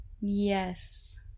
Yes